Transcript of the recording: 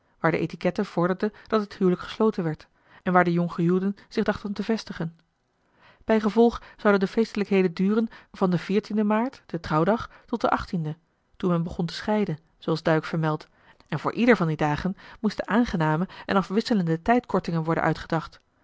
waar de étiquette vorderde dat het huwelijk gesloten werd en waar de jonggehuwden zich dachten te vestigen bijgevolg zouden de feestelijkheden duren van den den aart den trouwdag tot den den toen men begon te scheiden zooals duyck vermeldt en voor ieder van die dagen moesten aangename en afwisselende tijdkortingen worden uita